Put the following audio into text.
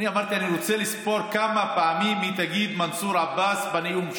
אמרתי: אני רוצה לספור כמה פעמים היא תגיד "מנסור עבאס" בנאום שלה.